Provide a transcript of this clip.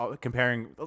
comparing